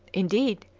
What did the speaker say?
indeed,